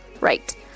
right